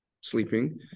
sleeping